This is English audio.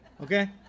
Okay